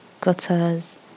gutters